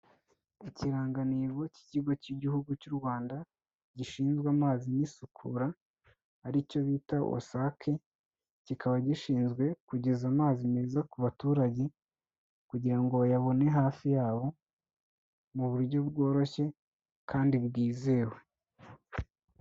Ikirangantego cy'ikigo cy'igihugu cy'u Rwanda gishinzwe amazi n'isukura, ari cyo bita WASAC, kikaba gishinzwe kugeza amazi meza ku baturage kugira ngo bayabone hafi yabo mu buryo bworoshye kandi bwizewe.